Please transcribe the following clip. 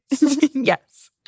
Yes